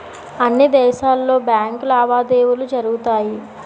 అన్ని దేశాలలో బ్యాంకు లావాదేవీలు జరుగుతాయి